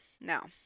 now